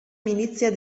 milizia